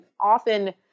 often